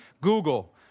Google